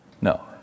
No